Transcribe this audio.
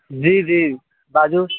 जी जी बाजू